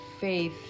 faith